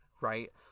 right